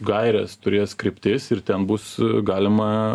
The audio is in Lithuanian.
gaires turės kryptis ir ten bus galima